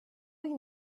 will